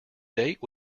date